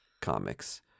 comics